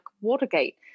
Watergate